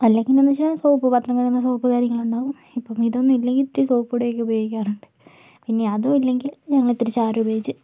അല്ലെങ്കിൽ എന്നുവെച്ചാൽ സോപ്പ് പാത്രം കഴുകുന്ന സോപ്പ് കാര്യങ്ങൾ ഉണ്ടാവും ഇപ്പോൾ ഇതൊന്നുമില്ലെങ്കിൽ ഇത്തിരി സോപ്പുപൊടി ഒക്കെ ഉപയോഗിക്കാറുണ്ട് പിന്നെ അതും ഇല്ലെങ്കിൽ ഞങ്ങൾ ഇത്തിരി ചാരമുപയോഗിച്ച്